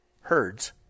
herds